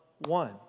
one